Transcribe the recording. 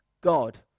God